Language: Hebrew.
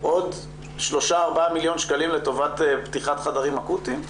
עוד 3-4 מיליון שקלים לטובת פתיחת חדרים אקוטיים?